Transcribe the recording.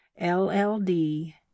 lld